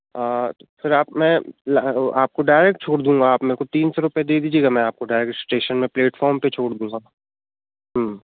तो फिर आप मैं आपको डायरेक्ट छोड़ दूंगा आप मेरे को तीन सौ रुपए दे दीजियेगा मैं आपको डायरेक्ट स्टेशन में प्लेटफॉर्म पे छोड़ दूंगा